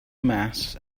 mass